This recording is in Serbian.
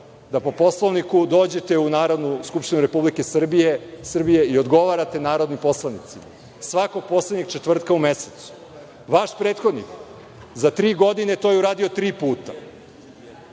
da po Poslovniku dođete u Narodnu skupštinu Republike Srbije i odgovarate narodnim poslanicima, svakog poslednjeg četvrtka u mesecu. Vaš prethodnik za tri godine to je uradio tri puta.